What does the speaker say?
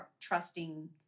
trusting